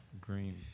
Green